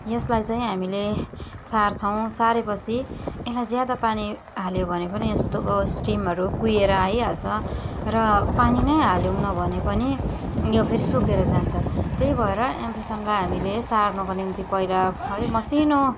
यसलाई चाहिँ हामीले सार्छौँ सारेपछि यसलाई ज्यादा पानी हाल्यो भने पनि यस्तोको स्टिमहरू कुहिएर आइहाल्छ र पानी नै हालेनौँ भने पनि यो फेरि सुकेर जान्छ त्यही भएर एम्फिसनलाई हामीले सार्नुको निम्ति पहिला है मसिनो